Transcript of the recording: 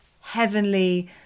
heavenly